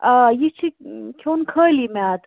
آ یہِ چھُ کھیٚون خٲلی معیادٕ